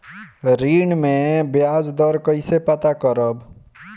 ऋण में बयाज दर कईसे पता करब?